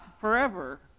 forever